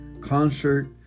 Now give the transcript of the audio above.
concert